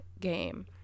game